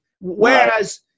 Whereas